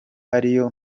ariya